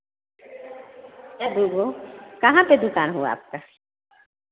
कहाँ पर दुकान हो आपका